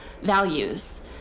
values